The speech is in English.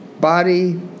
body